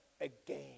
again